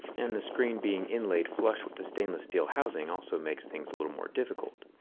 and the screen being inlaid flush with the stainless steel housing also makes things a little more difficult.